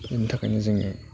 बिनि थाखायनो जोङो